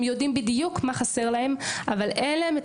הם יודעים בדיוק מה חסר להם אבל אין להם את